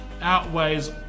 outweighs